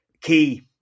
key